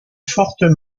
fortes